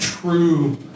True